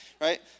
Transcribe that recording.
right